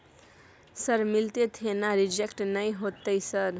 Sir मिलते थे ना रिजेक्ट नय होतय सर?